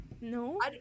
no